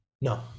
no